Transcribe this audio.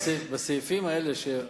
בסעיפים האלה,